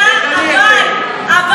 צריכה לגנות, אני נגד אלימות.